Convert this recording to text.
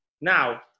Now